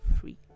free